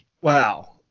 Wow